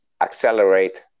accelerate